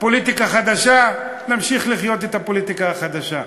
פוליטיקה חדשה, נמשיך לחיות את הפוליטיקה החדשה.